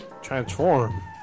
Transform